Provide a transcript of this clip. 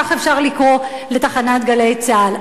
כך אפשר לקרוא לתחנת "גלי צה"ל",